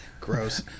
gross